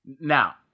Now